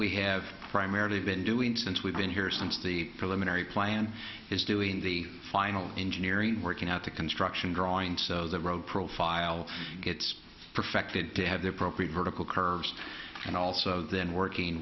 we have primarily been doing since we've been here since the preliminary plan is doing the final engineering working out the construction drawing so the road profile gets perfected to have the appropriate vertical curves and also then working